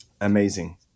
amazing